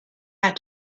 had